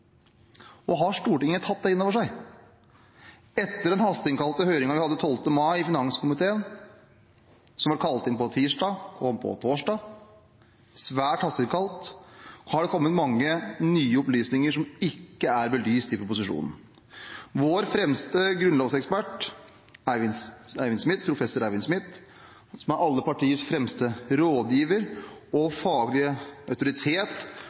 behandler. Har Stortinget tatt det inn over seg? Etter den hasteinnkalte høringen vi hadde i finanskomiteen 12. mai – som det ble kalt inn til på tirsdag, og som kom på torsdag, svært hasteinnkalt – har det kommet mange nye opplysninger som ikke er belyst i proposisjonen. Vår fremste grunnlovsekspert, professor Eivind Smith, som er alle partiers fremste rådgiver og faglige autoritet